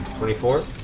twenty four?